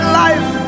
life